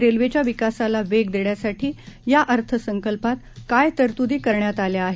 रेल्वेच्या विकासाला वेग देण्यासाठी या अर्थसंकल्पात काय तरतूदी करण्यात आल्या आहेत